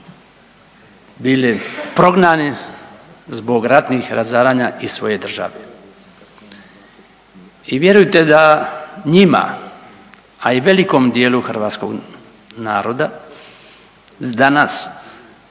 bili prognani zbog ratnih razaranja iz svoje države. I vjerujte da njima, a i velikom dijelu hrvatskog naroda danas